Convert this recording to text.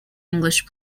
english